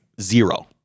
Zero